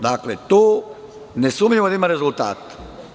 Dakle, to nesumnjivo da ima rezultate.